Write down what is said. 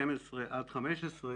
מ-2012 עד 2015,